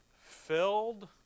filled